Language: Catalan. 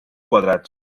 quadrats